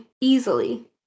easily